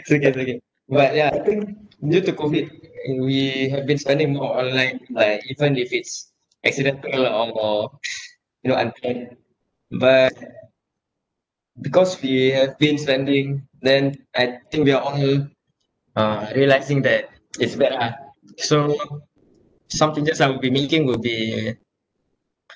it's okay it's okay but ya I think due to COVID we have been spending more on like like even if it's accidental or or you know unplanned but because we have been spending then I think we are all uh realising that it's bad ah so some changes I will be making will be